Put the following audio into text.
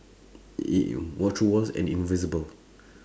in~ walk through walls and invisible